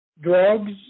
drugs